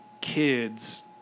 kids